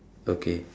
okay